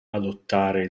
adottare